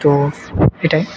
তো এটাই